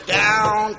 down